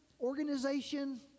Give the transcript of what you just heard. Organization